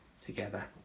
together